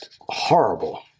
horrible